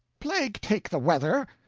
plague take the weather!